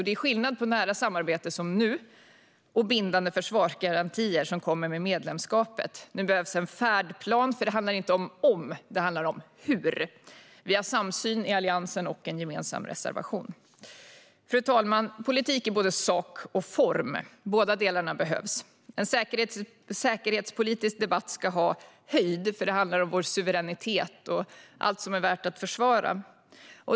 Det är skillnad på nära samarbete, som nu, och bindande försvarsgarantier, som kommer med medlemskapet. Nu behövs en färdplan, för frågan är inte om utan hur. Vi har en samsyn om detta i Alliansen och en gemensam reservation. Fru talman! Politik är både sak och form. Båda delarna behövs. En säkerhetspolitisk debatt ska ha höjd. Det handlar om vår suveränitet och om allt som är värt att försvara.